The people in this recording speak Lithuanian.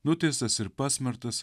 nuteistas ir pasmertas